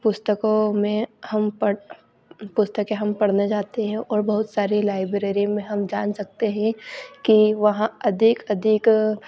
पुस्तकों में हम पढ़ पुस्तकें हम पढ़ने जाते हैं और बहुत सारे लाइब्रेरी में हम जान सकते हैं कि वहाँ अधिक अधिक